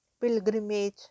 pilgrimage